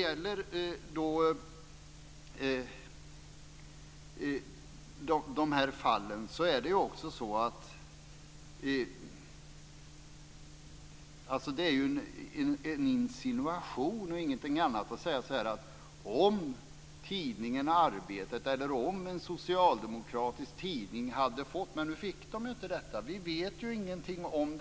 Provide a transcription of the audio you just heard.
I de här fallen är det en insinuation och ingenting annat att säga att om tidningen Arbetet eller om en socialdemokratisk tidning hade fått - men nu fick den ju inte detta. Vi vet ju ingenting om